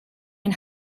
ein